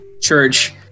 Church